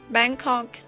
Bangkok